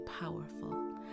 powerful